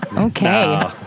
Okay